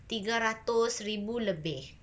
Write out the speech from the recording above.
tiga ratus ribu lebih